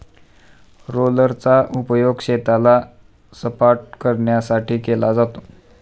रोलरचा उपयोग शेताला सपाटकरण्यासाठी केला जातो